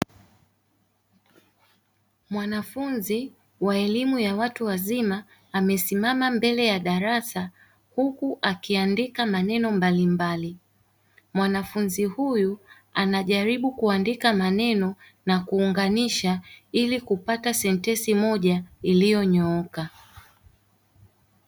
Mwanafunzi wa elimu ya watu wazima, amesimama mbele ya darasa, huku akiandika maneno mbalimbali, mwanafunzi huyu anajaribu kuandika maneno na kuunganisha ili kupata sentensi moja iliyonyooka.